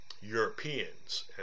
Europeans